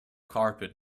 carpet